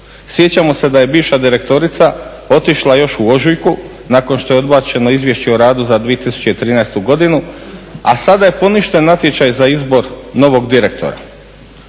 Sjećamo se da je viša direktorica otišla još u ožujku nakon što je odbačeno Izvješće o radu za 2013. godinu, a sada je poništen natječaj za izbor novog direktora.